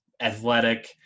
athletic